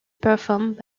performed